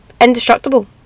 indestructible